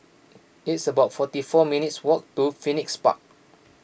it's about forty four minutes' walk to Phoenix Park